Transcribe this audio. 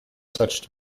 such